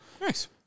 Nice